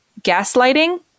gaslighting